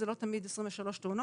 זה לא תמיד 23 תאונות,